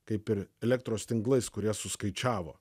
kaip ir elektros tinklais kurie suskaičiavo